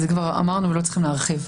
זה כבר אמרנו ולא צריך להרחיב.